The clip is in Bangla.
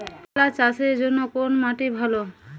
করলা চাষের জন্য কোন মাটি ভালো?